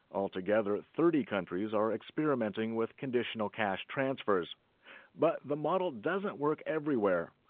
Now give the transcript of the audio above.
altogether, thirty countries are experimenting with conditional cash transfers but the model doesn't work everywhere.